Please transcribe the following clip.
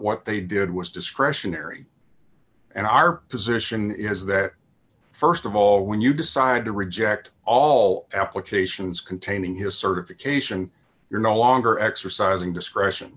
what they did was discretionary and our position is that st of all when you decide to reject all applications containing his certification you're no longer exercising discretion